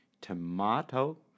tomato